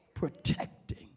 Protecting